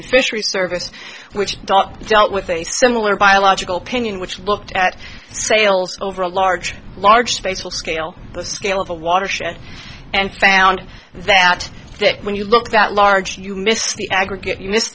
fisheries service which dealt with a similar biological pinion which looked at sales over a large large space full scale the scale of a watershed and found that when you look that large you miss the aggregate you miss